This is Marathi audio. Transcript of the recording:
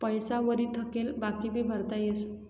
पैसा वरी थकेल बाकी भी भरता येस